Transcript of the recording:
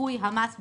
ניכוי המס במקור.